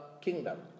kingdom